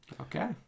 Okay